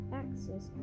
access